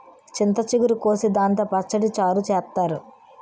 చింత చిగురు కోసి దాంతో పచ్చడి, చారు చేత్తారు